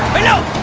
i know